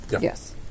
Yes